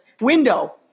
window